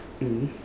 mmhmm